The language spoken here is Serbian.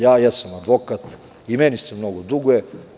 Ja jesam advokat i meni se mnogo duguje.